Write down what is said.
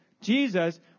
Jesus